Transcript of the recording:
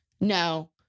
no